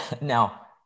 now